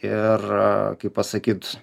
ir kaip pasakyt